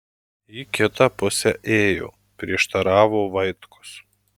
į kitą pusę ėjo prieštaravo vaitkus